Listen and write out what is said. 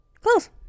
close